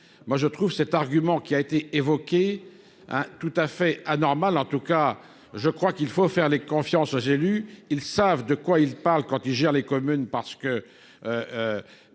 moi je trouve cet argument qui a été évoqué tout à fait anormal en tout cas je crois qu'il faut faire les confiance aux élus, ils savent de quoi ils parlent quand il gère les communes parce que